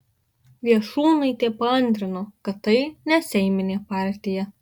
viešūnaitė paantrino kad tai neseiminė partija